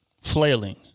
flailing